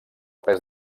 pes